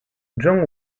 jung